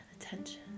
attention